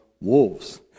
wolves